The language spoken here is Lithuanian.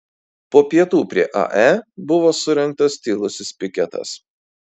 po pietų prie ae buvo surengtas tylusis piketas